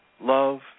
love